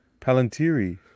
Palantiri